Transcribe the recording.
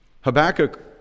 Habakkuk